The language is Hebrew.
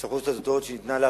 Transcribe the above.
זאת סמכות סטטוטורית שניתנה לה,